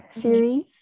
series